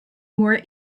more